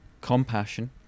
compassion